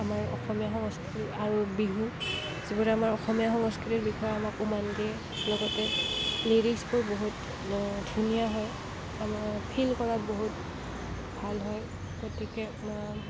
আমাৰ অসমীয়া সংস্কৃতি আৰু বিহু যিবোৰে আমাক অসমীয়া সংস্কৃতিৰ বিষয়ে আমাক উমান দিয়ে লগতে লিৰিক্সবোৰ বহুত ধুনীয়া হয় আমাৰ ফীল কৰাত বহুত ভাল হয় গতিকে মই